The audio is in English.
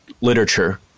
literature